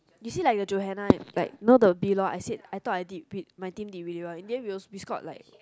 you see like the Johanna like know the below I seek I thought I did bid my team did pretty well in the end we scored like